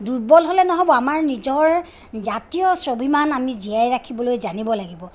দুৰ্বল হ'লে নহ'ব আমাৰ নিজৰ জাতীয় স্বাভিমান আমি জীয়াই ৰাখিবলৈ জানিব লাগিব